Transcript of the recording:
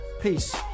Peace